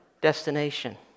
destination